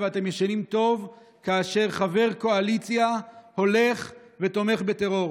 ואתם ישנים טוב כאשר חבר קואליציה הולך ותומך בטרור.